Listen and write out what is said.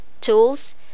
tools